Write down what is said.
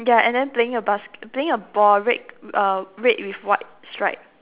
ya and then playing a basket playing a ball red uh red with white stripe